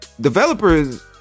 developers